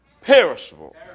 perishable